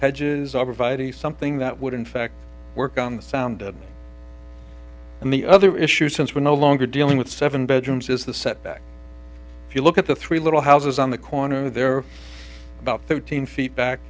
hedges something that would in fact work on the sound and the other issues since we're no longer dealing with seven bedrooms is the setback if you look at the three little houses on the corner there are about thirteen feet back